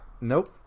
Nope